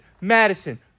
Madison